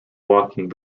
walking